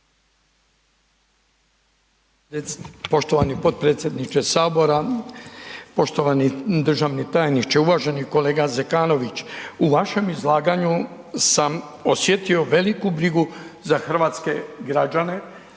Poštovani potpredsjedniče Sabora. Poštovani državni tajniče. Uvaženi kolega Zekanović, u vašem izlaganju sam osjetio veliku brigu za hrvatske građane.